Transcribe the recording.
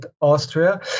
Austria